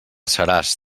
seràs